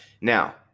Now